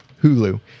Hulu